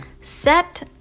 set